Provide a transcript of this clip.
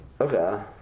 Okay